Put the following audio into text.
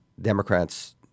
Democrats